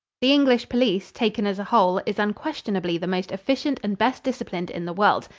the english police, taken as a whole, is unquestionably the most efficient and best disciplined in the world.